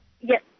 Yes